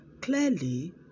clearly